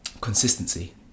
consistency